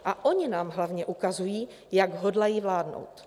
A oni nám hlavně ukazují, jak hodlají vládnout.